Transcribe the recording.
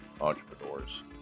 Entrepreneurs